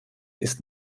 ist